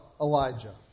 Elijah